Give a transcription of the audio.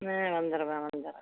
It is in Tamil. வந்துடுவேன் வந்துடுறேன்